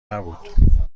نبود